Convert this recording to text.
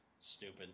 Stupid